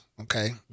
okay